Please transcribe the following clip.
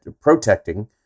protecting